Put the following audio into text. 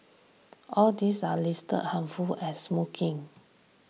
all these are listed harmful as smoking